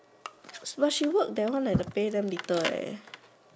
but she work that one the pay damn little leh